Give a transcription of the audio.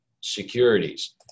securities